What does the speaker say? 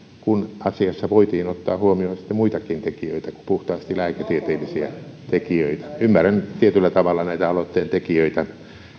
kun asiassa voitiin ottaa huomioon muitakin tekijöitä kuin puhtaasti lääketieteellisiä tekijöitä ymmärrän tietyllä tavalla näitä aloitteen tekijöitä